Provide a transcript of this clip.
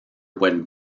went